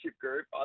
group